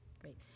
Great